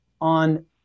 on